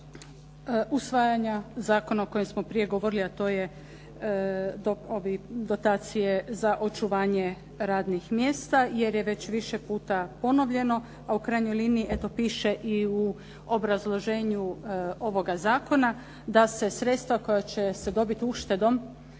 usvajanja zakona o kojem smo prije govorili, a to je dotacije za očuvanje radnih mjesta, jer je već više puta ponovljeno, a u krajnjoj liniji eto piše i u obrazloženju ovoga zakona da se sredstva koja će se dobiti uštedom,